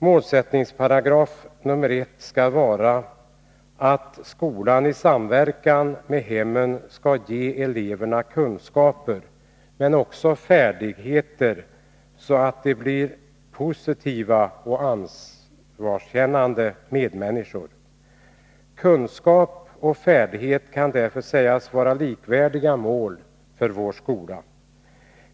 Målsättningsparagraf nr 1 skall vara att skolan i samverkan med hemmen skall ge eleverna kunskaper, men också färdigheter, så att de blir positiva och ansvarskännande medmänniskor. Kunskap och färdighet kan därför sägas vara likvärdiga mål för vår skola.